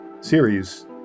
series